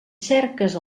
cerques